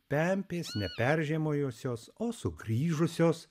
pempės ne peržiemojosios o sugrįžusios